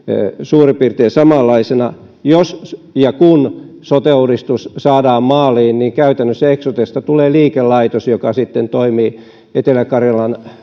suurin piirtein samanlaisena jos ja kun sote uudistus saadaan maaliin niin käytännössä eksotesta tulee liikelaitos joka sitten toimii etelä karjalan